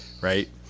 right